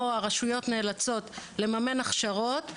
או הרשויות נאלצות לממן הכשרות,